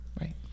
Right